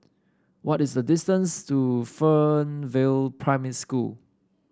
what is the distance to Fernvale Primary School